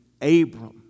Abram